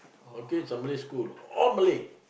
okay it's a Malay school all Malay